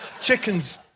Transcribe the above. Chicken's